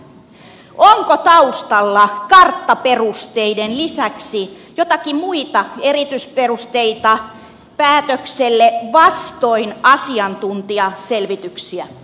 onko taustalla karttaperusteiden lisäksi joitakin muita erityisperusteita päätökselle vastoin asiantuntijaselvityksiä